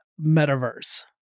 metaverse